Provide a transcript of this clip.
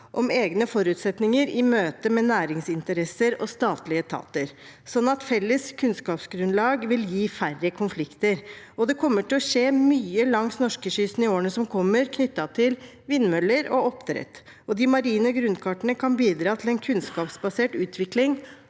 om egne forutsetninger i møte med næringsinteresser og statlige etater, slik at felles kunnskapsgrunnlag vil gi færre konflikter. Det kommer til å skje mye langs norskekysten i årene som kommer knyttet til vindmøller og oppdrett, og de marine grunnkartene kan bidra til en kunnskapsbasert utvikling